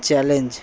challenge